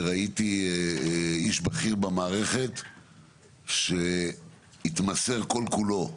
וראיתי איש בכיר במערכת שהתמסר כל כולו,